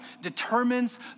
determines